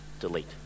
delete